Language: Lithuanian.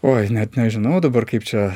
oi net nežinau dabar kaip čia